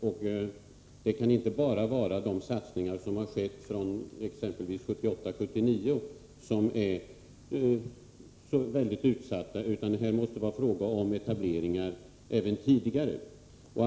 Men det kan inte bara vara de satsningar som skett från exempelvis 1978/79 som är så utsatta, utan det måste vara fråga även om tidigare etableringar.